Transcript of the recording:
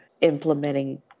implementing